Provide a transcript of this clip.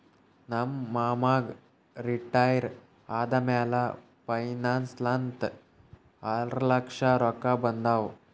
ನಮ್ ಮಾಮಾಗ್ ರಿಟೈರ್ ಆದಮ್ಯಾಲ ಪೆನ್ಷನ್ ಅಂತ್ ಆರ್ಲಕ್ಷ ರೊಕ್ಕಾ ಬಂದಾವ್